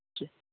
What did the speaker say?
جی